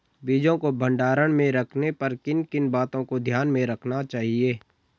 बीजों को भंडारण में रखने पर किन किन बातों को ध्यान में रखना चाहिए?